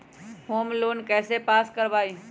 Home loan कैसे pass कर बाबई?